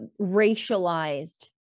racialized